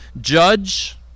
judge